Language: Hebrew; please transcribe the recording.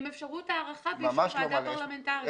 עם אפשרות הארכה באישור ועדה פרלמנטרית.